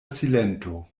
silento